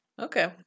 Okay